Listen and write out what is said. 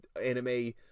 anime